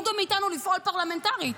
גם מנעו מאיתנו לפעול פרלמנטרית.